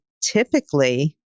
typically